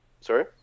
Sorry